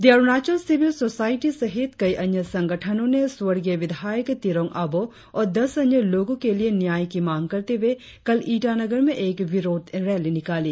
दी Arunachal civil society सहित कई अन्य संगठनों ने स्वर्गीय विधायक तिरोंग अबोह और दस अन्य लोगों के लिए न्याय की मांग करते हुए कल ईटानगर में एक विरोध रैली निकाली